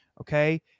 Okay